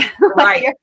Right